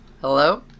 Hello